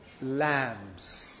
lambs